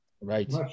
Right